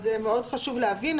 אז מאוד חשוב להבין.